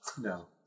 No